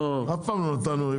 אף פעם לא נתנו.